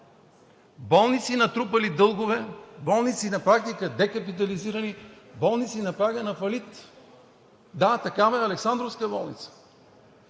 болници, натрупали дългове, болници на практика декапитализирани, болници на прага на фалит. Да, такава е Александровска болница.